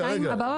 בשנתיים הבאות.